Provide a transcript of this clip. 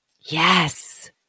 Yes